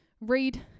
read